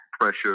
pressure